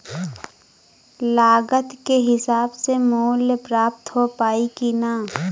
लागत के हिसाब से मूल्य प्राप्त हो पायी की ना?